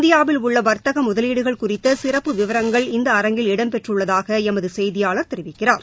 இந்தியாவில் உள்ள வர்த்தக முதலீடுகள் குறித்த சிறப்பு விவரங்கள் இந்த அரங்கில் இடம் பெற்றுள்ளதாக எமது செய்தியாளர் தெரிவிக்கிறார்